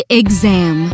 exam